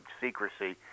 secrecy